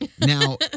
Now